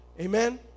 Amen